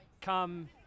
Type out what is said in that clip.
come